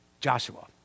Joshua